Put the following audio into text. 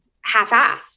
half-assed